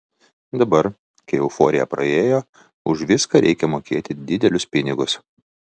dabar kai euforija praėjo už viską reikia mokėti didelius pinigus